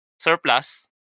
surplus